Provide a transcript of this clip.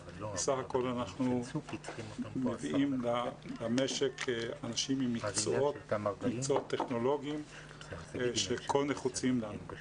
בסך הכל אנחנו מביאים למשק אנשים עם מקצועות טכנולוגיים שכה נחוצים לנו.